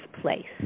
place